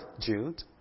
Jude